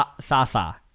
Sasa